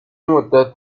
مدت